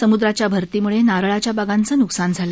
सम्द्राच्या भरतीम्ळे नारळाच्या बागांचं न्कसान झालं